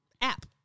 app